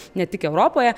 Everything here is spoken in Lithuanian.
ne tik europoje